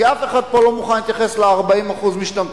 כי אף אחד פה לא מוכן להתייחס ל-40% משתמטים,